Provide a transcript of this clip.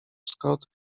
scott